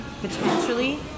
potentially